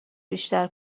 بیشتر